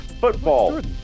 football